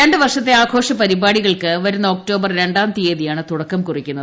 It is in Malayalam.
രണ്ട് വർഷത്തെ ആഘോഷ പരിപാടികൾക്ക് വരുന്ന ഒക്ടോബർ രണ്ടാം തീയതിയാണ് തുടക്കം കുറിക്കുന്നത്